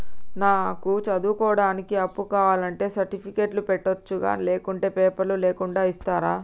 నాకు చదువుకోవడానికి అప్పు కావాలంటే సర్టిఫికెట్లు పెట్టొచ్చా లేకుంటే పేపర్లు లేకుండా ఇస్తరా?